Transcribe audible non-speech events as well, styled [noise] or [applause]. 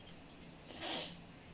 [breath]